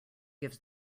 gives